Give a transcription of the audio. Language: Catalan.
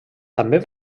també